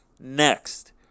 next